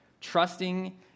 trusting